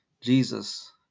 Jesus